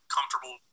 comfortable